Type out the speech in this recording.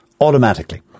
automatically